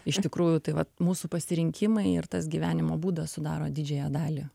iš tikrųjų tai vat mūsų pasirinkimai ir tas gyvenimo būdas sudaro didžiąją dalį